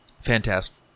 Fantastic